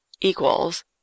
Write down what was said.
equals